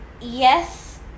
Yes